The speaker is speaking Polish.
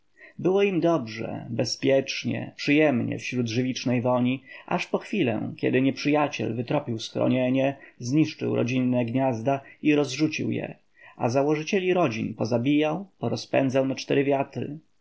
było im dobrze bezpiecznie przyjemnie wśród żywicznej woni aż po chwilę kiedy nieprzyjaciel wytropił schronienie zniszczył rodzinne gniazda i rozrzucił je a założycieli rodzin pozabijał porozpędzał na cztery wiatry